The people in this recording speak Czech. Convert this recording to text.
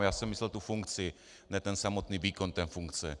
Já jsem myslel tu funkci, ne ten samotný výkon té funkce.